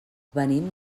venim